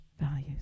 values